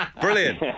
Brilliant